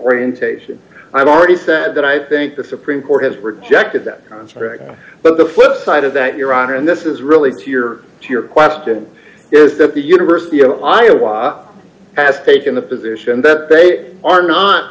orientation i've already said that i think the supreme court has rejected that but the flip side of that your honor and this is really to your to your question is that the university of iowa was has taken the position that they are not